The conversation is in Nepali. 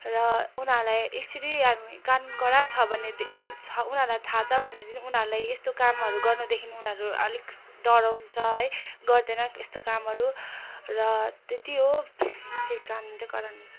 र उनीहरूलाई यसरी हामी कानुन कडा छ भने उनीहरूलाई थाहा छ भने उनीहरूलाई यस्तो कामहरू गर्नदेखि उनीहरू अलिक डराउँछ है गर्दैन यस्तो कामहरू र त्यत्ति हो त्यही कानुन चाहिँ कडा हुनुपर्छ